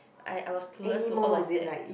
I I was clueless to all of that